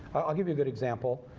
i'll give you a good example.